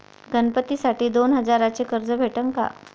गणपतीसाठी दोन हजाराचे कर्ज भेटन का?